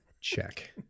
Check